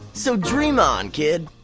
so dream on, kid.